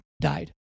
died